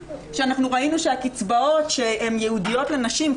שאנחנו ראינו שהקצבאות שייעודיות לנשים,